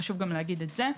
חשוב לומר את זה.